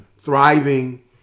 thriving